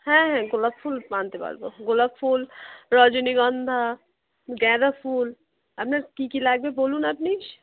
হ্যাঁ হ্যাঁ গোলাপ ফুল আনতে পারবো গোলাপ ফুল রজনীগন্ধা গাঁদা ফুল আপনার কি কি লাগবে বলুন আপনি